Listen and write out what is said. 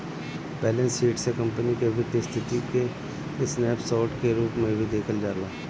balance sheet से company के वित्तीय स्थिति के स्नैप शोर्ट के रूप में भी देखल जाला